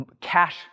Cash